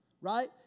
right